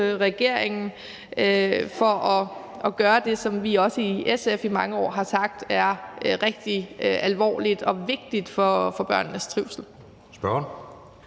regeringen for at gøre det, som vi også i SF i mange år har sagt er rigtig alvorligt og vigtigt for børnenes trivsel. Kl.